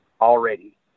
Already